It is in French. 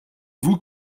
vous